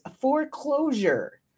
foreclosure